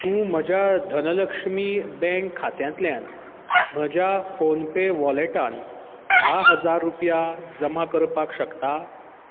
तूं म्हज्या धनलक्ष्मी बँक खात्यांतल्यान म्हज्या फोनपे वॉलेटांत धा हजार रुपया जमा करपाक शकता